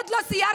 עוד לא סיירתם?